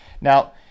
Now